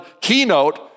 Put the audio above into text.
keynote